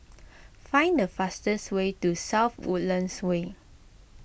find the fastest way to South Woodlands Way